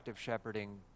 shepherding